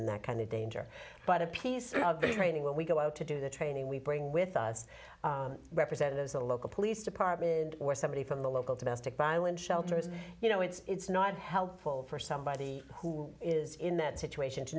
in that kind of danger but a piece of the training when we go out to do the training we bring with us representatives the local police department or somebody from the local domestic violence shelters you know it's not helpful for somebody who is in that situation to